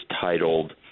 titled